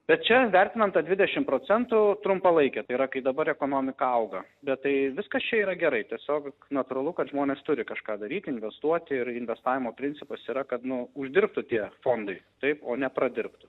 bet čia vertinant tą dvidešim procentų trumpalaikė tai yar kai dabar ekonomika auga bet tai viskas čia yra gerai tiesiog natūralu kad žmonės turi kažką daryti investuoti ir investavimo principas yra kad nu uždirbtų tie fondai taip o ne pradirbtų